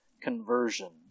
conversion